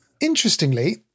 Interestingly